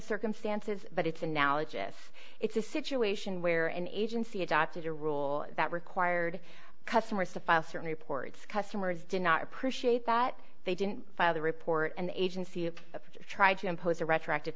circumstances but it's analogous it's a situation where an agency adopted a rule that required customers to file certain reports customers did not appreciate that they didn't file the report an agency of tried to impose a retroactive